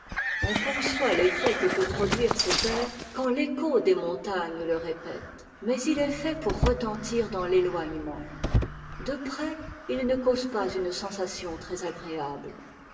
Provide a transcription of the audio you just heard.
on conçoit l'effet que peut produire cet air quand l'écho des montagnes le répète mais il est fait pour retentir dans l'éloignement de près il ne cause pas une sensation